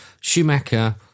Schumacher